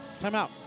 timeout